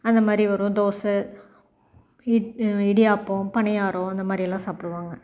அந்த மாதிரி வெறும் தோசை இட் இடியாப்பம் பணியாரம் அந்த மாதிரி எல்லாம் சாப்பிடுவாங்க